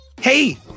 hey